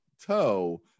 toe